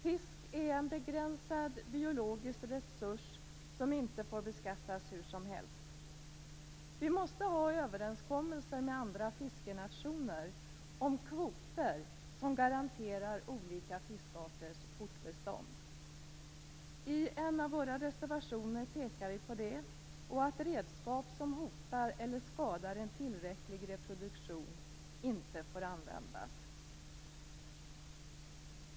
Fisk är en begränsad biologisk resurs som inte får beskattas hur som helst. Vi måste ha överenskommelser med andra fiskenationer om kvoter som garanterar olika fiskarters fortbestånd. I en av våra reservationer pekar vi på det och att redskap som hotar eller skadar en tillräcklig reproduktion inte får användas.